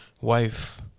wife